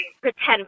pretend